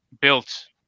built